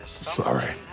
Sorry